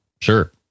sure